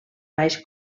baix